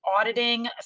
auditing